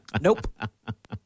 Nope